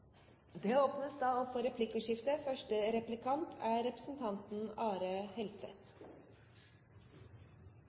Det åpnes for replikkordskifte. Representanten